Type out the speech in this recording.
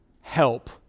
help